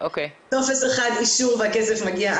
טופס אחד, אישור והכסף מגיע.